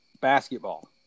Basketball